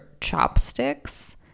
chopsticks